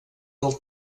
del